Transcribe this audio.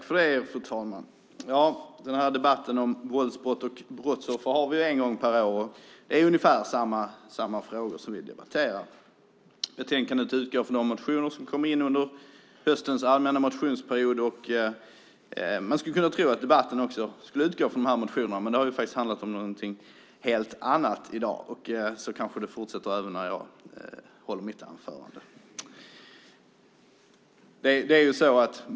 Fru talman! Denna debatt om våldsbrott och brottsoffer har vi en gång per år, och det är ungefär samma frågor som vi debatterar. Betänkandet utgår från de motioner som kom in under höstens allmänna motionsperiod. Man skulle kunna tro att debatten utgår från dessa motioner, men den har handlat om någonting helt annat i dag. Så kanske det fortsätter även när jag håller mitt anförande.